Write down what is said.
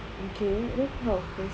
okay then how